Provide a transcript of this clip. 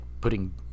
putting